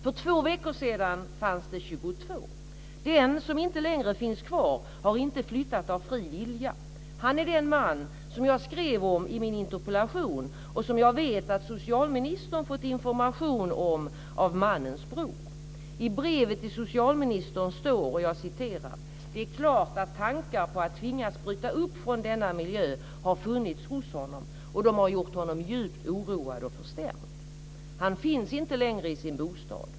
För två veckor sedan fanns det 22. Den som inte längre finns kvar har inte flyttat av fri vilja. Han är den man som jag skrev om i min interpellation och som jag vet att socialministern har fått information om av mannens bror. I brevet till socialministern står: "Det är klart att tankar på att tvingas bryta upp från denna miljö har funnits hos honom och de har gjort honom djupt oroad och förstämd." Han finns inte längre i sin bostad.